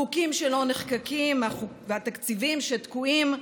החוקים שלא נחקקים והתקציבים שתקועים.